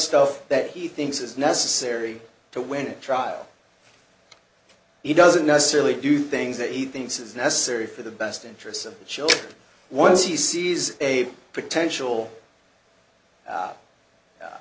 stuff that he thinks is necessary to win a trial he doesn't necessarily do things that he thinks is necessary for the best interests of children once he sees a potential